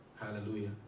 Hallelujah